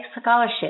scholarship